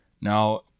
Now